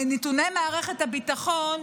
מנתוני מערכת הביטחון